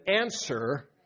answer